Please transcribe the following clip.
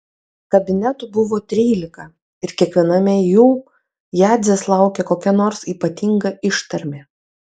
kabinetų buvo trylika ir kiekviename jų jadzės laukė kokia nors ypatinga ištarmė